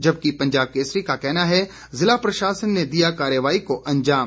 जबकि पंजाब केसरी का कहना है जिला प्रशासन ने दिया कार्रवाई को अंजाम